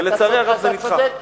ולצערי הרב זה נדחה,